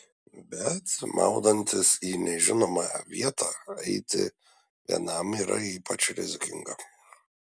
bet maudantis į nežinomą vietą eiti vienam yra ypač rizikinga